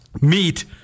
meet